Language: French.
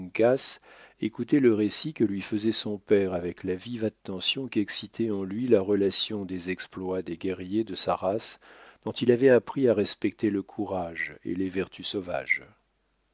écoutait le récit que lui faisait son père avec la vive attention qu'excitait en lui la relation des exploits des guerriers de sa race dont il avait appris à respecter le courage et les vertus sauvages